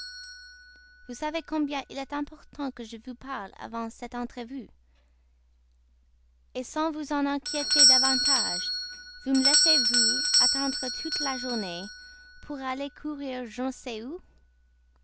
vous savez combien il est important que je vous parle avant cette entrevue sans vous en inquiéter davantage vous me laissez vous attendre toute la journée pour aller courir je ne sais où